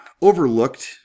overlooked